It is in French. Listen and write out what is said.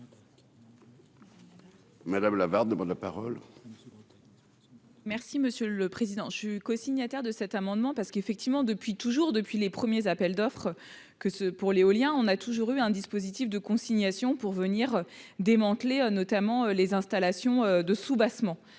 Madame Lavarde demande la parole.